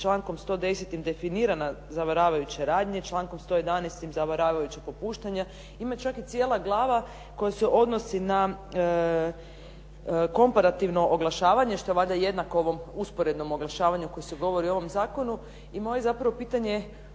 člankom 110. definirana zavaravajuća radnje, člankom 111. zavaravajuća popuštanja. Ima čak i cijela glava koja se odnosi na komparativno oglašavanje što je valjda jednako ovom usporednom oglašavanju o kojem se zapravo govori u ovom zakonu. I moje zapravo pitanje,